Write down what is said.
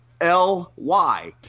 L-Y